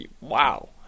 Wow